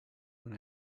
when